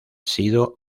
sido